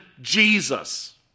Jesus